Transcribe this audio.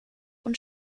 und